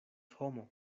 homo